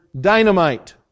dynamite